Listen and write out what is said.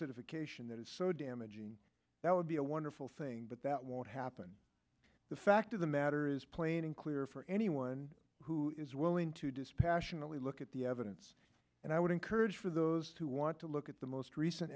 acidification that is so damaging that would be a wonderful thing but that won't happen the fact of the matter is plain and clear for anyone who is willing to dispassionately look at the evidence and i would encourage for those who want to look at the most recent